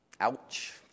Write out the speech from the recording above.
Ouch